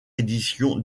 édition